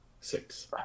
Six